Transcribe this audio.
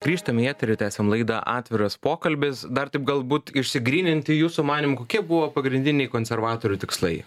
grįžtam į eterį tęsiam laidą atviras pokalbis dar taip galbūt išsigryninti jūsų manymu kokie buvo pagrindiniai konservatorių tikslai